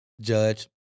judge